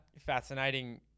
fascinating